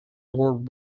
world